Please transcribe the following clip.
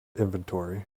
inventory